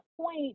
point